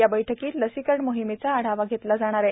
या बैठकीत लसीकरण मोहीमेचा आढावा घेतला जाणार आहे